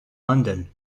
london